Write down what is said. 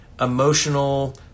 emotional